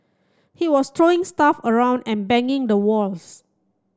he was throwing stuff around and banging the walls